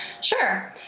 Sure